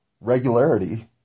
regularity